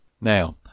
Now